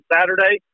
Saturday